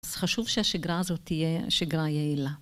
אז חשוב שהשגרה הזאת תהיה שגרה יעילה.